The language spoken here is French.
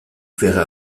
verrez